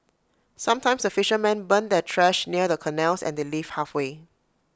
sometimes the fishermen burn their trash near the canals and they leave halfway